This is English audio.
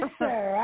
sir